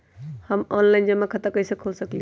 हम ऑनलाइन जमा खाता कईसे खोल सकली ह?